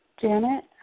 janet